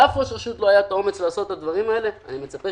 לאף ראש רשות לא היה את האומץ את לעשות את הדברים האלה,